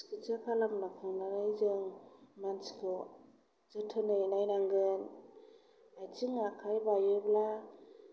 सिखिथसा खालाम लाखांनानै जों मानसिखौ जोथोनै नायनांगोन आथिं आखाय बायोब्ला